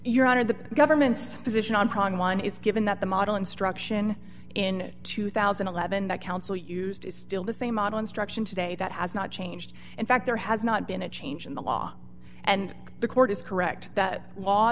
your honor the government's position on problem one is given that the model instruction in two thousand and eleven that counsel used is still the same model instruction today that has not changed in fact there has not been a change in the law and the court is correct that